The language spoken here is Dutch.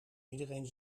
iedereen